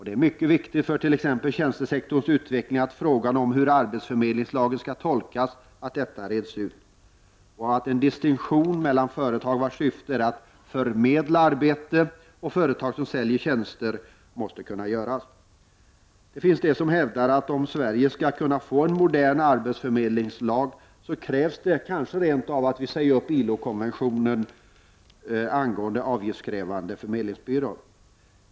Det är mycket viktigt för t.ex. tjänstesektorns utveckling att reda ut frågan om hur arbetsförmedlingslagen skall tolkas. En distinktion mellan dels företag vars syfte är att förmedla arbete, dels företag som säljer tjänster måste kunna göras. Det finns de som hävdar att det för att Sverige skall kunna få en modern arbetsförmedlingslag kanske rent av krävs att vi säger upp ILO konventionen angående avgiftskrävande förmedlingsbyråer.